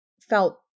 felt